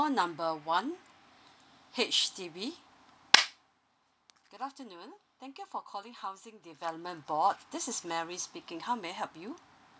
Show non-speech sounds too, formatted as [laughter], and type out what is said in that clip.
call number one H_D_B [noise] good afternoon thank you for calling housing development board this is mary speaking how may I help you